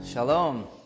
Shalom